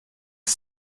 six